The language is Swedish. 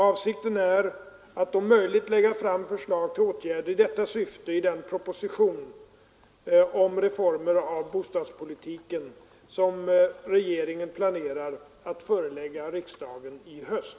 Avsikten är att om möjligt lägga fram förslag till åtgärder i detta syfte i den proposition om reformer av bostadspolitiken som regeringen planerar att förelägga riksdagen i höst.